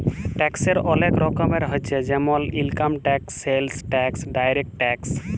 ট্যাক্সের ওলেক রকমের হচ্যে জেমল income tax, sales tax, direct tax